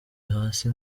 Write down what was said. hasi